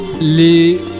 les